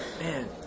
man